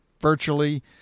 virtually